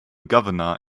governor